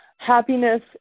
happiness